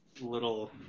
little